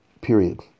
period